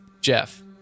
Jeff